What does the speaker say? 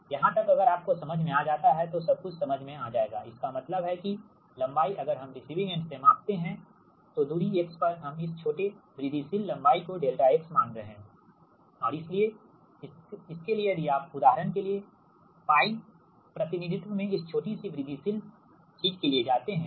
यहां तक अगर आपको समझ में आ जाता है तो सब कुछ समझ में आ जाएगा इसका मतलब है कि लंबाई अगर हम रिसिविंग एंड से मापते हैं तो दूरी x पर हम इस छोटे वृद्धिशील लंबाई को ∆x मान रहे हैं और इसलिए इसके लिए यदि आप उदाहरण के लिए π प्रतिनिधित्व में इस छोटी सी वृद्धिशील चीज के लिए जाते हैं